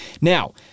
Now